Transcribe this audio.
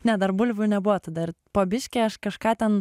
ne dar bulvių nebuvo tada ir po biškį aš kažką ten